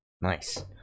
nice